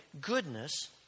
goodness